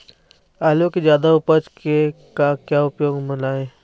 आलू कि जादा उपज के का क्या उपयोग म लाए?